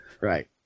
right